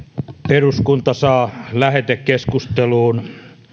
eduskunta saa lähetekeskusteluun